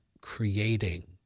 creating